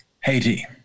Haiti